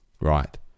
right